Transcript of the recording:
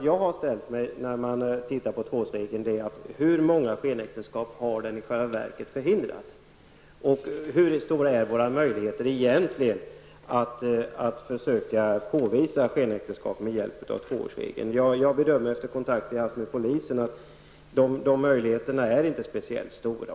Jag undrar dock hur många skenäktenskap tvåårsregeln i själva verket har förhindrat och hur stora är egentligen våra möjligheter att påvisa skenäktenskap med hjälp av tvåårsregeln. Efter kontakter jag har haft med polisen gör jag bedömningen att möjligheterna inte är särskilt stora.